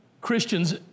Christians